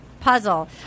Puzzle